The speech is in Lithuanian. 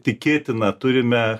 tikėtina turime